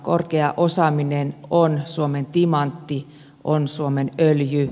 korkea osaaminen on suomen timantti on suomen öljy